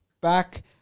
back